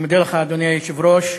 אדוני היושב-ראש,